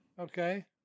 Okay